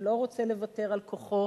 שלא רוצה לוותר על כוחו,